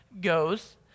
goes